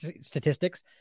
statistics